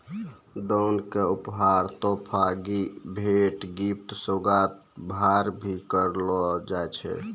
दान क उपहार, तोहफा, भेंट, गिफ्ट, सोगात, भार, भी कहलो जाय छै